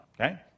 okay